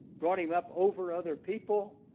brought him up over other people.